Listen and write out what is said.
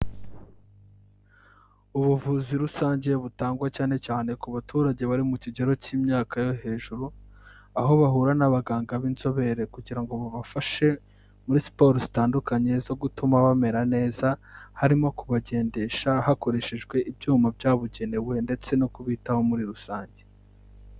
Ubuvuzi rusange butangwa cyane cyane ku baturage bari mu kigero cy'imyaka yo hejuru, aho bahura n'abaganga b'inzobere kugira ngo babafashe muri siporo zitandukanye zo gutuma bamera neza, harimo kubagendesha hakoreshejwe ibyuma byabugenewe ndetse no kubitaho muri rusange.